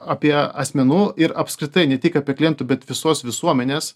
apie asmenų ir apskritai ne tik apie klientų bet visos visuomenės